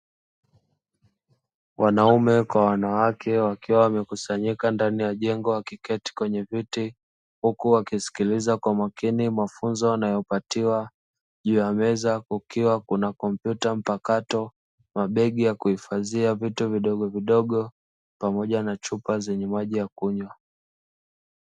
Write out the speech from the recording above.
Wanaume kwa wanawake wakiwa wamekusanyika ndani ya jengo wa kiketi kwenye viti huku wakisikiliza kwa makini mafunzo wanayopatiwa juu ya meza kukiwa kuna kompyuta mpakato mabegi ya kuhifadhia vitu vidogo vidogo pamoja na chupa zenye maji ya kunywa.